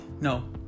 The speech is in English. no